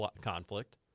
conflict